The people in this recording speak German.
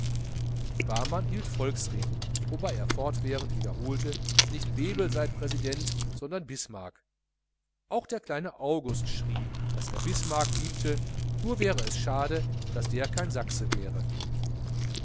barmann hielt volksreden wobei er fortwährend wiederholte nicht bebel sei präsident sondern bismarck auch der kleine august schrie daß er bismarck liebte nur wäre es schade daß er kein sachse wäre